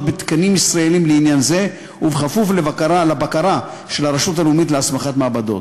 בתקנים ישראליים לעניין זה וכפוף לבקרה של הרשות הלאומית להסמכת מעבדות.